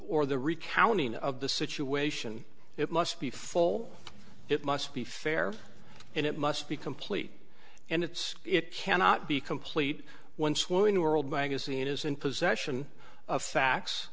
or the recounting of the situation it must be full it must be fair and it must be complete and it's it cannot be complete once we're in the world magazine is in possession of facts